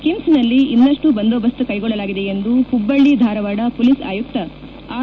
ಕಿಮ್ಸ್ನಲ್ಲಿ ಇನ್ನಷ್ಟು ಬಂದೋಬಸ್ತ್ ಕೈಗೊಳ್ಳಲಾಗಿದೆ ಎಂದು ಹುಬ್ಬಳ್ಳ ಧಾರವಾಡ ಪೊಲೀಸ್ ಆಯುಕ್ತ ಆರ್